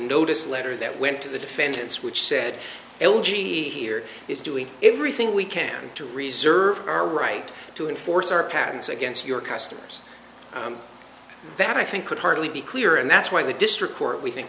notice letter that went to the defendants which said l g here is doing everything we can to reserve our right to enforce our patents against your customers that i think could hardly be clearer and that's why the district court we think